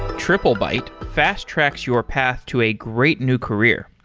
triplebyte fast-tracks your path to a great new career.